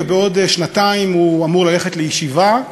ובעוד שנתיים הוא אמור ללכת לישיבה,